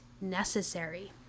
necessary